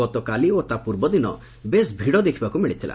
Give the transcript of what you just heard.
ଗତକାଲି ଓ ତା' ପୂର୍ବଦିନ ବେଶ୍ ଭିଡ଼ ଦେଖ୍ବାକୁ ମିଳିଥିଲା